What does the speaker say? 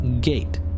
gate